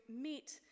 meet